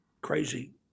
crazy